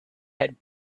had